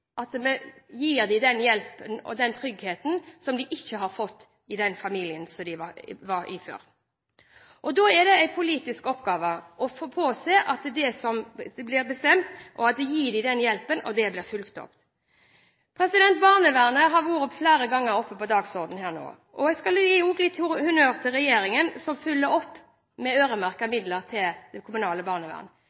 at vi gir dem den hjelpen og den tryggheten de ikke har fått i den familien de var i før. Da er det en politisk oppgave å påse at den hjelpen som blir bestemt, blir fulgt opp. Barnevernet har vi flere ganger hatt oppe på dagsordenen her. Jeg skal også gi litt honnør til regjeringen som følger opp med øremerkede midler til det kommunale